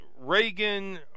reagan